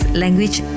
language